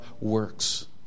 works